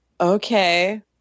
Okay